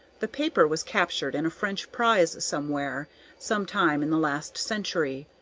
the paper was captured in a french prize somewhere some time in the last century,